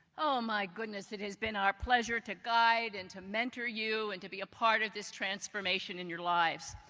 oh my goodness, it has been our pleasure to guide and to mentor you and to be a part of this transformation in your lives.